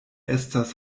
estas